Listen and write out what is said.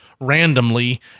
randomly